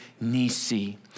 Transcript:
Nisi